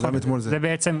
זה המשך.